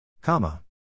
Comma